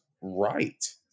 right